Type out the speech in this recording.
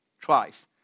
twice